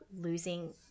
losing